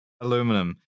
aluminum